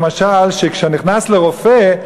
למשל שכשאני נכנס לרופא,